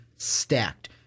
stacked